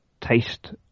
taste